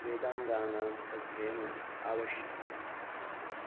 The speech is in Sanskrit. वेदाङ्गानाम् अध्ययनम् आवश्यकम् अस्ति